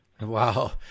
Wow